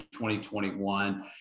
2021